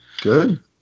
Good